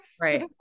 right